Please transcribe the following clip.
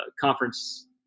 conference